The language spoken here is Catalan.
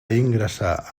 ingressar